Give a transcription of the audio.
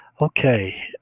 okay